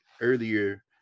earlier